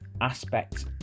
aspects